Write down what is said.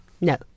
No